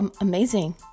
amazing